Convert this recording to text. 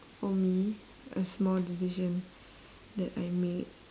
for me a small decision that I made